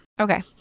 Okay